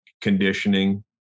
conditioning